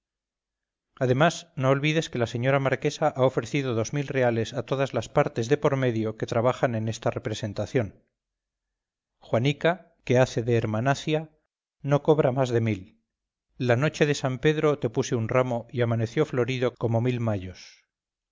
además no olvides que la señora marquesa ha ofrecido dos mil reales a todas las partes de por medio que trabajan en esta representación juanica que hace de hermanacia no cobra más de mil con que aceptas chiquillo sí o no no pude menos